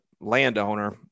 landowner